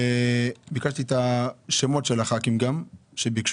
ביקשתי גם את השמות של הח"כים שביקשו,